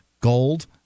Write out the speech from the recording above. gold